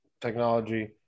technology